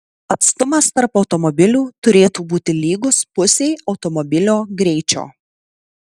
atstumas tarp automobilių turėtų būti lygus pusei automobilio greičio